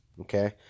okay